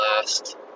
last